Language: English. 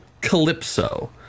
Calypso